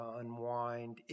unwind